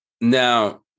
Now